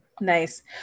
Nice